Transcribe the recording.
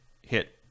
hit